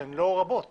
שהן לא רבות בישראל,